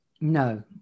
No